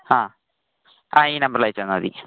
ആ ആ ഈ നമ്പറില് അയച്ച് തന്നാൽ മതി